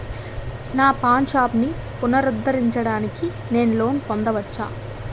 నా పాన్ షాప్ని పునరుద్ధరించడానికి నేను లోన్ పొందవచ్చా?